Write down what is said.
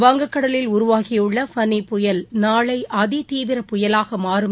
வங்கக்கடலில் உருவாகியுள்ள ஃபோனி புயல் நாளைஅதிதீவிர புயலாகமாறும்